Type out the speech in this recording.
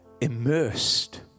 immersed